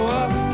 up